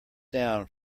down